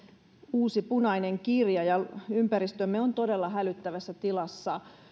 uusi punainen kirja ja ympäristömme on todella hälyttävässä tilassa